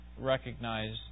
recognize